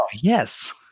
Yes